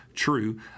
true